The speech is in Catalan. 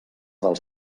dels